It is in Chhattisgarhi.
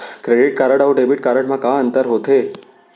क्रेडिट कारड अऊ डेबिट कारड मा का अंतर होथे?